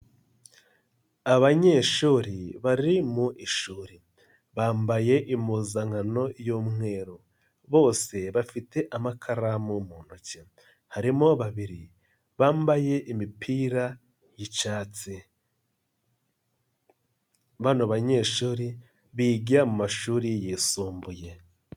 Abanyeshuri bari mu ishuri bambaye impuzankano y'umweru, bose bafite amakaramu mu ntoki, harimo babiri bambaye imipira y'icyatsi, bano banyeshuri biga mu mashuri yisumbuye.